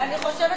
אני חושבת,